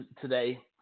today